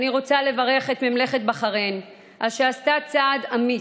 אני רוצה לברך את ממלכת בחריין על שעשתה צעד אמיץ,